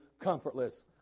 comfortless